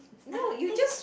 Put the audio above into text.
I don't think